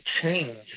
change